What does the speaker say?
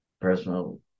personal